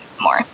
more